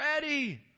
ready